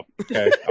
Okay